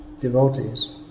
devotees